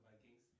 Vikings